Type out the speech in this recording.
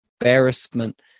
Embarrassment